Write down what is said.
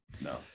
No